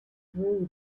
threw